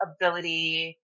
ability